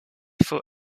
for